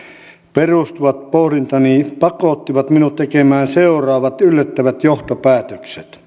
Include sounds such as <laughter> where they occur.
perustuvat pohdintani pakottivat minut tekemään seuraavat yllättävät johtopäätökset <unintelligible>